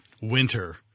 winter